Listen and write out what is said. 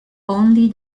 only